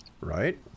Right